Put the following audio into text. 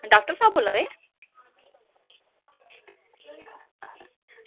doctor साहब बोल्ला दे